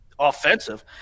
offensive